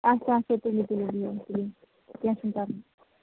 اَچھا اَچھا تُلِو تُلِو بِہِو تُلِو کیٚنٛہہ چھُنہٕ پَرواے